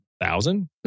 thousand